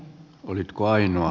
olitko ainoa